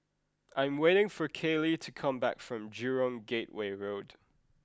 I am waiting for Kayley to come back from Jurong Gateway Road